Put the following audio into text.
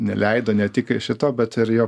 neleido ne tik šito bet ir jo